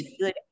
good